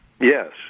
Yes